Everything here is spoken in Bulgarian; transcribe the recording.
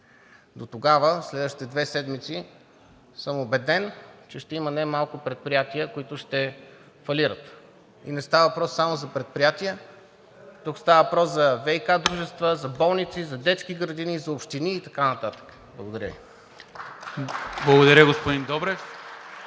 дотогава в следващите две седмици съм убеден, че ще има немалко предприятия, които ще фалират. Не става въпрос само за предприятия, а тук става въпрос за ВиК дружества, за болници, за детски градини, за общини и така нататък. Благодаря Ви. (Ръкопляскания от